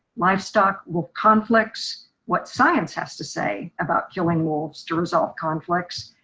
livestock will conflicts, what science has to say about killing wolves to resolve conflicts,